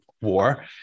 war